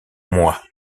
mois